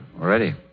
already